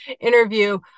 interview